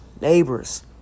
neighbors